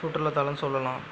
சுற்றுலாத்தளன் சொல்லலாம்